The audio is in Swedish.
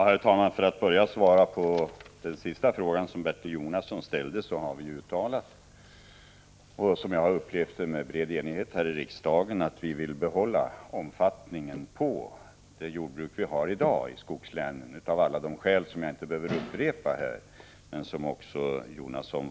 Herr talman! För att börja med att svara på den fråga som Bertil Jonasson ställde i slutet av sitt anförande vill jag säga att riksdagen under, som jag upplevt det, bred enighet uttalat att vi vill behålla den nuvarande omfattningen av jordbruken i skogslänen. Skälen härtill behöver jag inte upprepa — Bertil Jonasson var inne på några av dem.